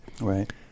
right